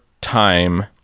time